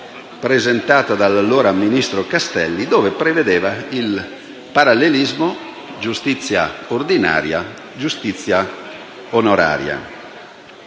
presentata dall'allora ministro Castelli che prevedeva il parallelismo giustizia ordinaria‑giustizia onoraria.